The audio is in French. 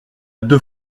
deux